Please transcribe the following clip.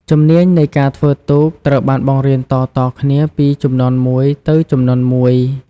ជំនាញនៃការធ្វើទូកត្រូវបានបង្រៀនតៗគ្នាពីជំនាន់មួយទៅជំនាន់មួយ។